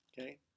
Okay